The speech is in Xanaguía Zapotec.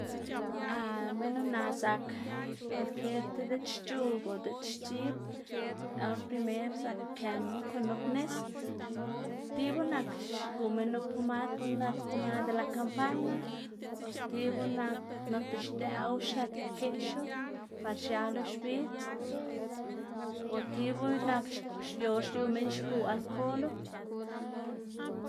bueno na' zak kwalkier ti di't xc̲h̲ug o diꞌt xc̲h̲ib or primer zak këmu kon nup nis. Tibu nak xguma nup pomad guꞌn nak pomada de la kampana o stibu nak noꞌnda xdëꞌwu xiet pkeꞌxu par x̱alo mbidz o tibu nak yu or yu minn xgun alkolo.